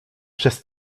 przez